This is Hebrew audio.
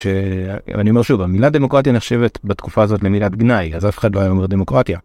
אני אומר שוב, המילה דמוקרטיה נחשבת בתקופה הזאת למילת גנאי, אז אף אחד לא היה אומר דמוקרטיה.